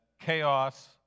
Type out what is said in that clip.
chaos